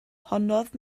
honnodd